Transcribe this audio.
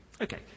Okay